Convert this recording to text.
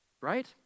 Right